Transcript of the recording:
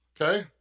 Okay